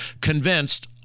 convinced